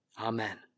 Amen